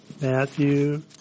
Matthew